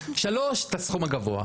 שלוש, את הסכום הגבוה.